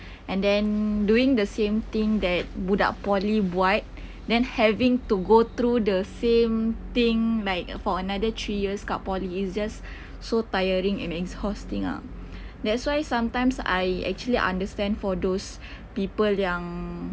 and then doing the same thing that budak poly buat then having to go through the same thing like for another three years kat poly it's just so tiring and exhausting ah that's why sometimes I actually understand for those people yang